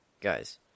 Guys